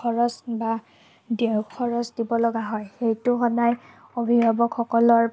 খৰচ বা খৰচ দিব লগা হয় সেইটো সদায় অভিভাৱকসকলৰ